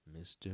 Mr